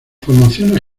formaciones